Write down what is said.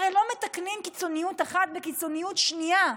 הרי לא מתקנים קיצוניות אחת בקיצוניות שנייה.